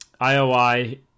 IOI